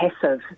passive